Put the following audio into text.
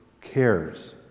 cares